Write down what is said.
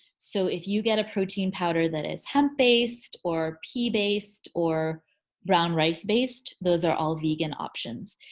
so if you get a protein powder that is hemp-based or pea-based or brown rice based those are all vegan options.